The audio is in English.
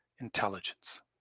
intelligence